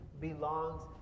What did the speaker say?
belongs